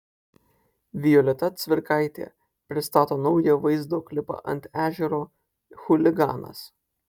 violeta cvirkaitė pristato naują vaizdo klipą ant ežero chuliganas